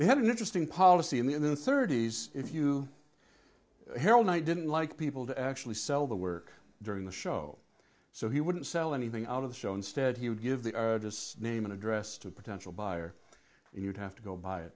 we had an interesting policy in the thirty's if you held i didn't like people to actually sell the work during the show so he wouldn't sell anything out of the show instead he would give the artist's name and address to a potential buyer and you'd have to go buy it